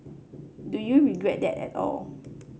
do you regret that at all